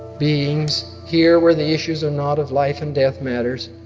beings here, where the issues are not of life and death matters,